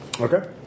Okay